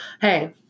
hey